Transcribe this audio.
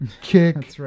kick